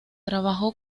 trabajó